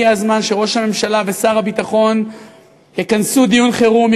הגיע הזמן שראש הממשלה ושר הביטחון יכנסו דיון חירום,